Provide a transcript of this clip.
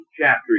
chapter